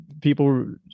people